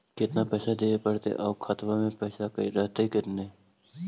केतना पैसा देबे पड़तै आउ खातबा में पैसबा रहतै करने?